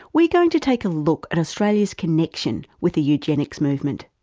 we're going to take a look at australia's connection with the eugenics movement,